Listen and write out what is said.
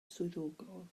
swyddogol